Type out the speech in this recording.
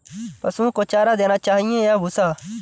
पशुओं को चारा देना चाहिए या भूसा?